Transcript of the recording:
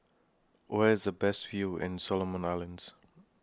Where IS The Best View in Solomon Islands